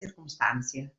circumstàncies